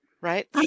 right